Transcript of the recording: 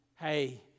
Hey